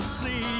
see